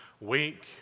week